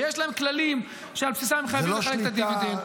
שיש להם כללים שעל בסיסם הם חייבים לחלק את הדיבידנד.